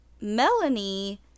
Melanie